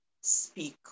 speak